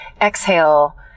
exhale